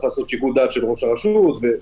לעשות שיקול דעת של ראש הרשות וכולי,